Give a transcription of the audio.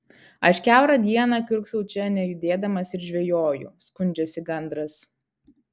aš kiaurą dieną kiurksau čia nejudėdamas ir žvejoju skundžiasi gandras